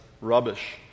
rubbish